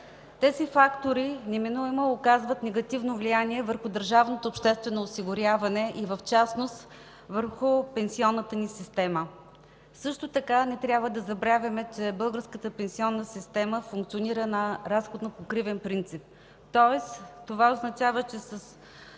Тези фактори неминуемо оказват негативно влияние върху държавното обществено осигуряване и в частност върху пенсионната ни система. Също така не трябва да забравяме, че българската пенсионна система функционира на разходо-покривен принцип. Това означава, че с